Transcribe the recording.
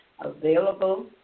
available